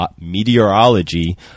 Meteorology